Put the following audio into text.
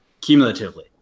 cumulatively